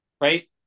right